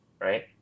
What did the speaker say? right